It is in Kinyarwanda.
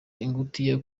ingutiya